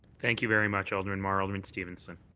thank you very much, alderman mar. alderman stevenson.